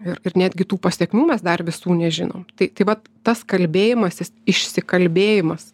ir ir netgi tų pasekmių mes dar visų nežinom tai tai vat tas kalbėjimasis išsikalbėjimas